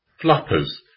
Flappers